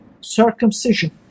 circumcision